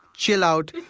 chill out,